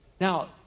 Now